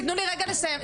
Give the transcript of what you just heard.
תנו לי רגע לסיים.